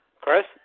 Chris